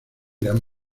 gran